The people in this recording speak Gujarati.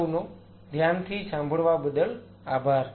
આપ સૌનો ધ્યાનથી સાંભળવા બદલ આભાર